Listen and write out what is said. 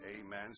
amen